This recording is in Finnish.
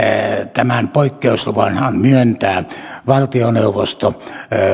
tämän poikkeusluvanhan myöntää valtioneuvosto